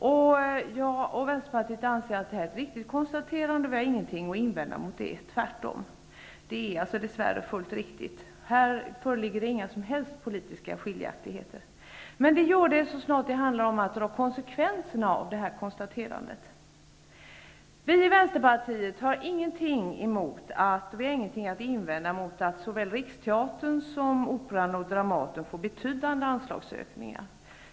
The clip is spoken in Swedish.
Jag och Vänsterpartiet anser att detta är ett riktigt konstaterande. Vi har inget att invända mot det, tvärtom. Det är dess värre fullt riktigt. Här föreligger det inga som helst politiska skiljaktligheter. Men det gör det så snart det handlar om att dra konsekvenserna av det här konstaterandet. Vi i Vänsterpartiet har ingenting emot och ingenting att invända mot att såväl Riksteatern som Operan och Dramaten får betydande anslagsökningar.